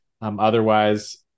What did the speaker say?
Otherwise